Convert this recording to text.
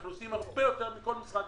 אנחנו עושים הרבה יותר מכל משרד ממשלתי.